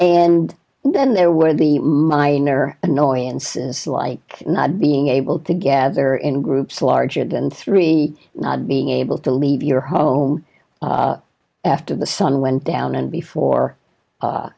and then there were the minor annoyances like not being able to gather in groups larger than three being able to leave your home after the sun went down and before